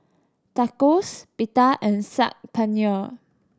Tacos Pita and Saag Paneer